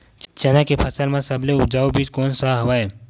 चना के फसल म सबले उपजाऊ बीज कोन स हवय?